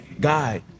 guy